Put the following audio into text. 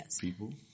people